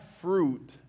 fruit